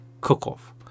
cook-off